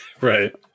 Right